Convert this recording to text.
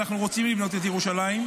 ואנחנו רוצים לבנות את ירושלים,